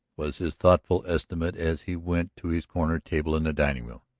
was his thoughtful estimate as he went to his corner table in the dining-room.